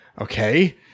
okay